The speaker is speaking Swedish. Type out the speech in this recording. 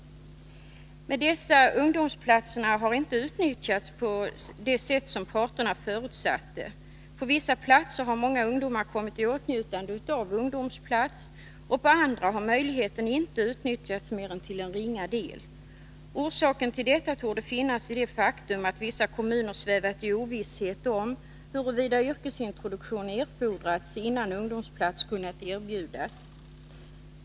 Men dessa ungdomsplatser har inte utnyttjats på det sätt som parterna förutsatte. På vissa platser har många ungdomar kommit i åtnjutande av ungdomsplats, på andra har möjligheten inte utnyttjats mer än till en ringa del. Orsaken till detta torde ligga i det faktum att vissa kommuner svävat i ovisshet om huruvida yrkesintroduktion erfordrats innan ungdomsplats kunnat erbjudas.